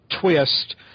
twist